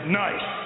nice